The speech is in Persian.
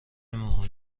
موقع